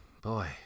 boy